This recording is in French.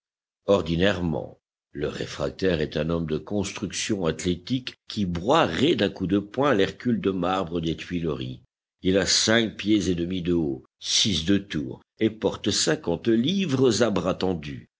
ordinairement le réfractaire est un homme de construction athlétique qui broierait d'un coup de poing l'hercule de marbre des tuileries il a cinq pieds et demi de haut six de tour et porte cinquante livres à bras tendu